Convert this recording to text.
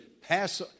pass